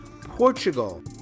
Portugal